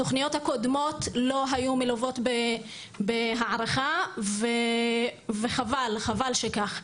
התוכניות הקודמות לא היו מלוות בהערכה, וחבל שכך.